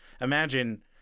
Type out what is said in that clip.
imagine